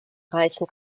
reichen